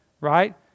right